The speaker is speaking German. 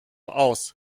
aus